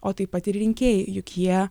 o taip pat ir rinkėjai juk jie